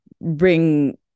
bring